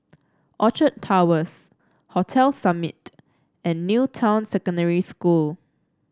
Orchard Towers Hotel Summit and New Town Secondary School